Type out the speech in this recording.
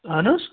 اَہن حظ